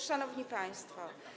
Szanowni Państwo!